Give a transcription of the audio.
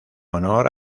honor